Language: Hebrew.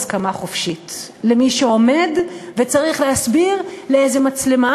הסכמה חופשית למי שעומד וצריך להסביר לאיזו מצלמה,